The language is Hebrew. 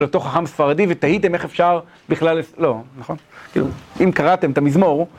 לאותו חכם הספרדי, ותהיתם איך אפשר בכלל, לא, נכון? כאילו, אם קראתם את המזמור...